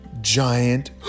giant